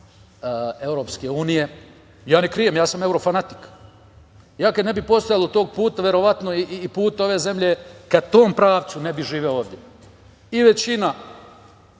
EU. Ja ne krijem, ja sam evrofanatik, ja kad ne bi postojalo tog puta, verovatno i puta ove zemlje ka tom pravcu, ne bih živeo ovde i većina